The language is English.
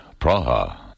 Praha